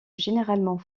généralement